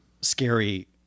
scary